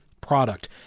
product